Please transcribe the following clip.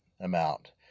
amount